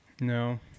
No